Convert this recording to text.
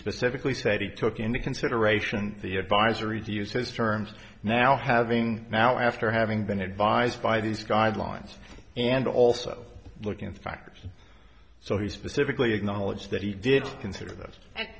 specifically said he took into consideration the advisory to use his terms now having now after having been advised by these guidelines and also looking factors so he specifically acknowledged that he did consider that and